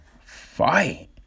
fight